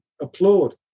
applaud